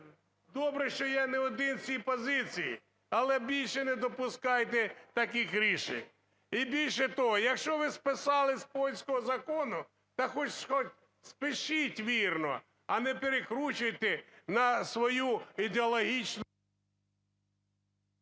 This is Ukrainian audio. добре, що я не один в цій позиції, але більше не допускайте таких рішень. І, більше того, якщо ви списали з польського закону, то хоч спишіть вірно, а не перекручуйте на свою ідеологічну…